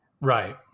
Right